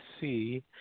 see